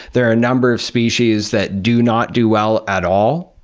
there are a number of species that do not do well at all,